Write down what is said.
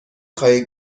خواهی